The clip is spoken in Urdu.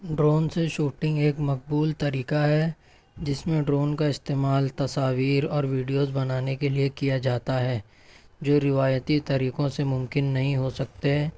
ڈرون سے شوٹنگ ایک مقبول طریقہ ہے جس میں ڈرون کا استعمال تصاویر اور وڈیوز بنانے کے لئے کیا جاتا ہے جو روایتی طریقوں سے ممکن نہیں ہو سکتے